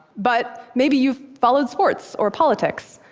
but maybe you've followed sports or politics,